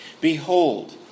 Behold